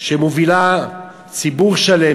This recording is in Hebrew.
שמובילה ציבור שלם,